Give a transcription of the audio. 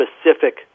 specific